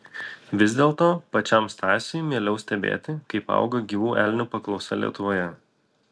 vis dėlto pačiam stasiui mieliau stebėti kaip auga gyvų elnių paklausa lietuvoje